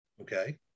Okay